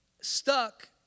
stuck